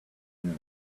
know